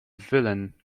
villain